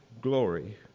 glory